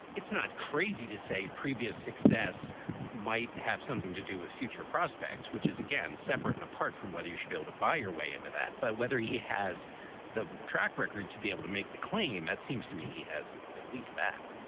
it's not crazy to say previous success might have something to do with future prospects, which is again separate and apart from whether you schpiel to buy your way into that buy whether he has the track record to be able to make the claim. that seems to me he has at least that